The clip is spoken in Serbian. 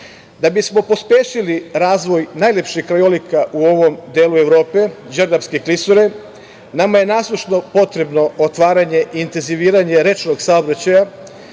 bismo pospešili razvoj najlepšeg krajolika u ovom delu Evrope, Đerdapske klisure, nama je nasušno potrebno otvaranje i intenziviranje rečnog saobraćaja